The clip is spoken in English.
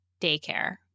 daycare